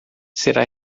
será